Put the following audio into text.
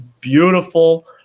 beautiful